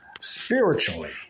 Spiritually